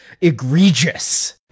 egregious